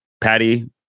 Patty